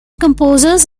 composers